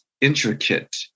intricate